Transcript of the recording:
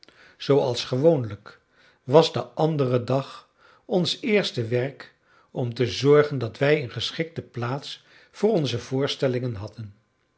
zooals gewoonlijk was den anderen dag ons eerste werk om te zorgen dat wij een geschikte plaats voor onze voorstellingen hadden